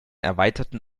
erweiterten